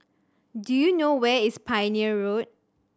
do you know where is Pioneer Road